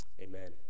Amen